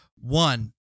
one